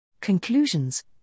Conclusions